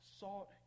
sought